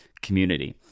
community